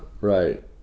right